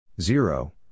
zero